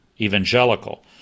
evangelical